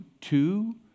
two